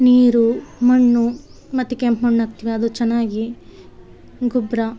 ನೀರು ಮಣ್ಣು ಮತ್ತು ಕೆಂಪು ಮಣ್ಣು ಹಾಕ್ತಿವಿ ಅದು ಚೆನ್ನಾಗಿ ಗೊಬ್ಬರ